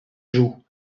jouent